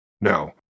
Now